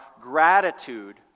gratitude